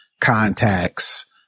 contacts